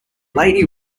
lady